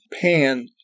pan